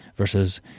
Versus